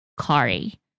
Kari